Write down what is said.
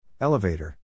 Elevator